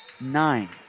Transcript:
nine